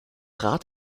rat